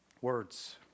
Words